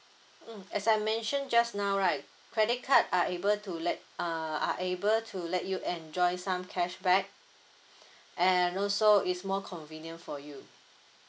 mm as I mentioned just now right credit card are able to let err are able to let you enjoy some cashback and also it's more convenient for you